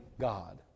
God